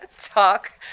talk